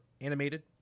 animated